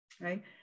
right